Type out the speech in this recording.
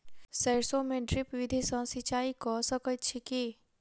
सैरसो मे ड्रिप विधि सँ सिंचाई कऽ सकैत छी की?